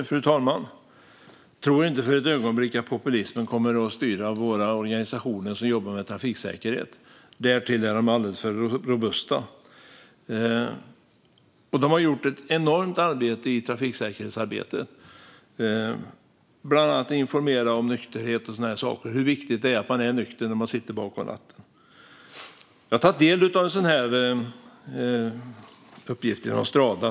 Fru talman! Jag tror inte för ett ögonblick att populismen kommer att styra våra organisationer som jobbar med trafiksäkerhet. Därtill är de alldeles för robusta. De har gjort ett enormt arbete på trafiksäkerhetsområdet, bland annat genom att informera om nykterhet och sådana saker och hur viktigt det är att man är nykter när man sitter bakom ratten. Jag har tagit del av uppgifter från Strada.